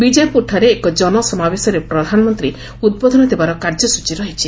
ବିଜୟପୁରଠାରେ ଏକ ଜନସମାବେଶରେ ପ୍ରଧାନମନ୍ତ୍ରୀ ଉଦ୍ବୋଧନ ଦେବାର କାର୍ଯ୍ୟସ୍ଟଚୀ ରହିଛି